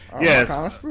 yes